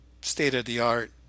state-of-the-art